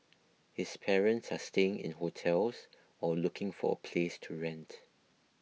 his parents are staying in hotels while looking for a place to rent